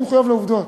אני מחויב לעובדות.